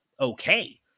okay